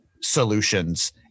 solutions